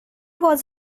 was